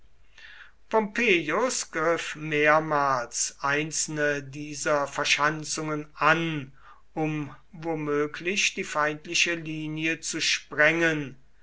mehrmals einzelne dieser verschanzungen an um womöglich die feindliche linie zu sprengen